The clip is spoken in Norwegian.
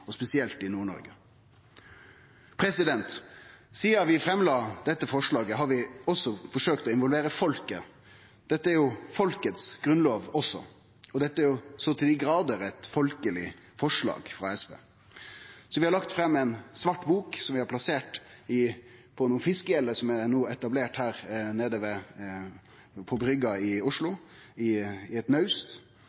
og spesielt i Nord-Noreg. Sidan vi la fram dette forslaget, har vi også forsøkt å involvere folket. Dette er jo folket sin grunnlov også, og dette er så til dei grader eit folkeleg forslag frå SV. Så vi har lagt fram ei svart bok som vi har plassert på nokre fiskehjellar som no er etablerte nede på bryggja her i Oslo,